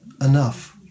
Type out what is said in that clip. enough